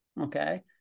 okay